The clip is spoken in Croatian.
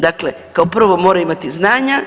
Dakle, kao prvo mora imati znanja.